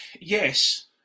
Yes